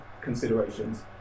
considerations